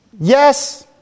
Yes